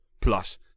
Plus